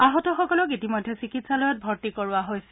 আহতসকলক ইতিমধ্যে চিকিৎসালয়ত ভৰ্তি কৰোৱা হৈছে